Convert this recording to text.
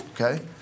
okay